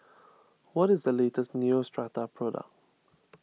what is the latest Neostrata product